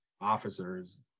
Officers